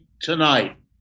tonight